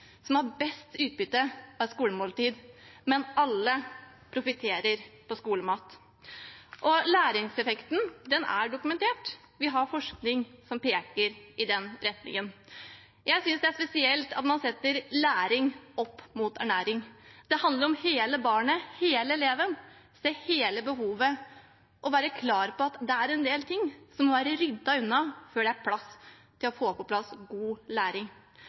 som har best utbytte av et skolemåltid, men alle profitterer på skolemat. Læringseffekten er dokumentert. Vi har forskning som peker i den retningen. Jeg synes det er spesielt at man setter læring opp mot ernæring. Det handler om hele barnet, hele eleven, om å se hele behovet og være klar på at det er en del ting som må være ryddet unna før det er rom for å få på plass god læring.